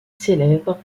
célèbre